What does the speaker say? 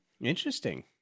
Interesting